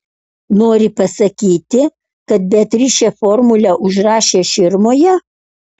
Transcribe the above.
nori pasakyti kad beatričė formulę užrašė širmoje